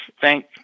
Thank